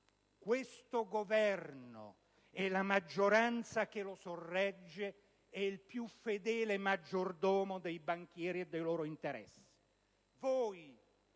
questo Governo, e la maggioranza che lo sorregge, è il più fedele maggiordomo dei banchieri e dei loro interessi.